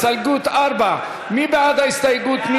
הסתייגות מס' 4, מי בעד ההסתייגות?